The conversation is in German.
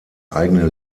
eigene